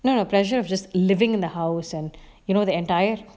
no no pessure of just living in the house and you know the entire